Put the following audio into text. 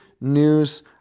news